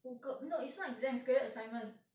五个 no it's not exams it's graded assignment